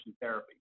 therapy